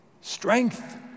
strength